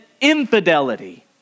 infidelity